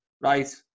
Right